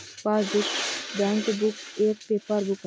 passbook, bankbook एक paper book है